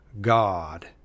God